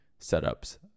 setups